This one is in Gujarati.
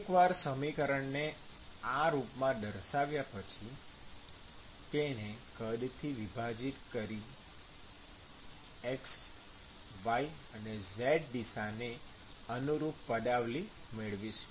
એકવાર સમીકરણને આ રૂપમાં દર્શાવ્યા પછી તેને કદથી વિભાજીત કરી x y અને z દિશા ને અનુરૂપ પદાવલિ મેળવીશું